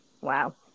Wow